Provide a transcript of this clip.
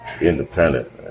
independent